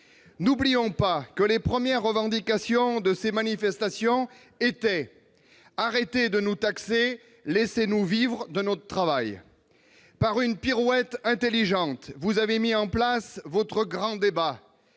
N'oublions pas que les premières revendications de ces manifestants étaient :« Arrêtez de nous taxer !» et « Laissez-nous vivre de notre travail !» Par une pirouette intelligente, vous avez mis en place votre grand débat,